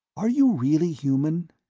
are you really human?